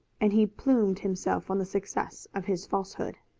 and he plumed himself on the success of his falsehood.